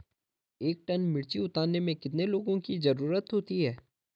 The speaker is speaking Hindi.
एक टन मिर्ची उतारने में कितने लोगों की ज़रुरत होती है?